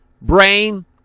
brain